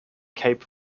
cape